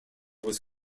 was